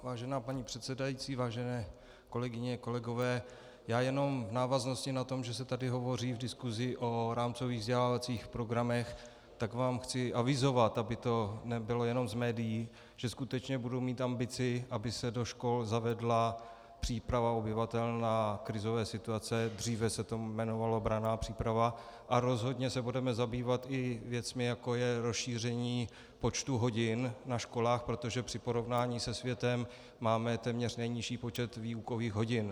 Vážená paní předsedající, vážené kolegyně a kolegové, já jenom v návaznosti na to, že se tady hovoří v diskusi o rámcových vzdělávacích programech, tak vám chci avizovat, aby to nebylo jenom z médií, že skutečně budu mít ambici, aby se do škol zavedla příprava obyvatel na krizové situace, dříve se to jmenovalo branná příprava, a rozhodně se budeme zabývat i věcmi, jako je rozšíření počtu hodin na školách, protože při porovnání se světem máme téměř nejnižší počet výukových hodin.